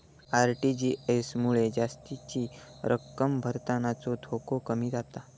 RTGS मुळे जास्तीची रक्कम भरतानाचो धोको कमी जाता